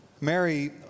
Mary